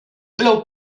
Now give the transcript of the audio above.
plou